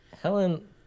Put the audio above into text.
Helen